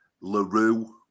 LaRue